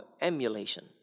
emulation